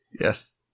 Yes